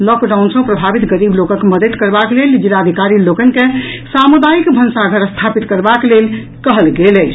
lockdown सॅ प्रभावित गरीब लोकक मददि करबाक लेल जिलाधिकारी लोकनि के सामुदायिक भंसाघर स्थापित करबाक लेल कहल गेल अछि